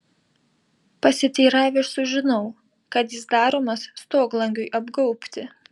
pasiteiravęs sužinau kad jis daromas stoglangiui apgaubti